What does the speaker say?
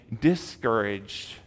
discouraged